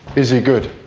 is it good?